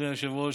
אדוני היושב-ראש,